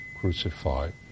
crucified